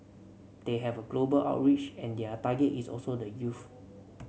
they have a global outreach and their target is also the youth